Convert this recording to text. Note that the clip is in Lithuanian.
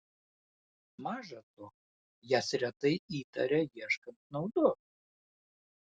maža to jas retai įtaria ieškant naudos